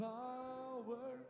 power